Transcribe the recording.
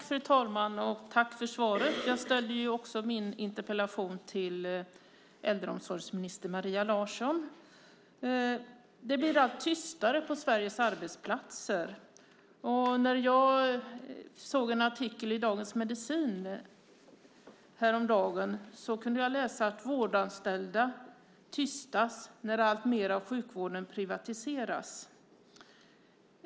Fru talman! Tack, justitieministern, för svaret! Jag ställde min interpellation till äldreomsorgsminister Maria Larsson. Det blir allt tystare på Sveriges arbetsplatser. När jag såg en artikel i Dagens Medicin häromdagen kunde jag läsa att vårdanställda tystas när alltmer av sjukvården privatiseras.